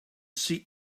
see